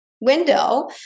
window